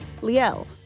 Liel